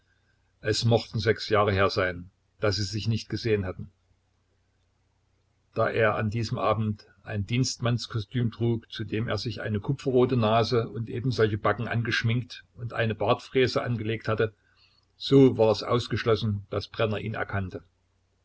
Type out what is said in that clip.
es mochten sechs jahre her sein daß sie sich nicht gesehen hatten da er an diesem abend ein dienstmannskostüm trug zu dem er sich eine kupferrote nase und ebensolche backen angeschminkt und eine bartfräse angelegt hatte so war es ausgeschlossen daß brenner ihn erkannte